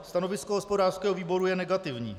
Stanovisko hospodářského výboru je negativní.